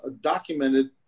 documented